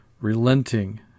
relenting